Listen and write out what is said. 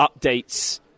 updates